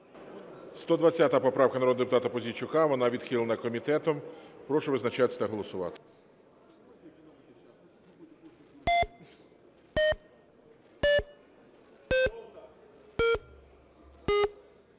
120 поправка народного депутата Пузійчука. Вона відхилена комітетом. Прошу визначатись та голосувати.